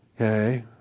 okay